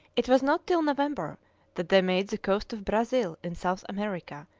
it was not till november that they made the coast of brazil in south america,